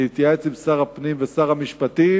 להתייעץ עם שר הפנים ועם שר המשפטים